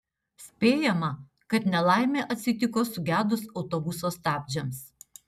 spėjama kad nelaimė atsitiko sugedus autobuso stabdžiams